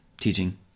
teaching